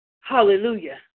Hallelujah